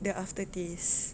the aftertaste